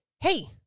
hey